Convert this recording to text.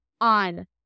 on